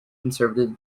conservative